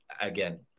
again